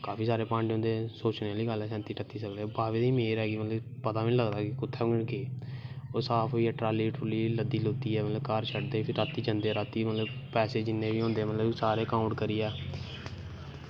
काफी सारे पांडे होंदे सोची सकनें कि ठत्ती सगले बाबे दा गै मेह्र ऐ मतलव पता गै नी लगदा कि कुत्थैं गे ओह् साफ करियै लद्दी लुद्दियै रातीं जंदी शड्दे पैसे जिन्नें बी होंदे मतलव कांउट करियै